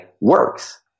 works